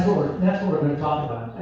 we're going to talk about.